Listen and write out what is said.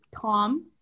Tom